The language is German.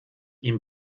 ihm